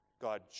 God